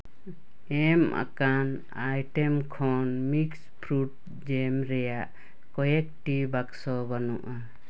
ᱮᱢ ᱟᱠᱟᱱ ᱟᱭᱴᱮᱢ ᱠᱷᱚᱱ mix fruit jam ᱨᱮᱭᱟᱜ ᱠᱚᱭᱮᱠᱴᱤ ᱵᱟᱠᱥᱚ ᱵᱟᱹᱱᱩᱜᱼᱟ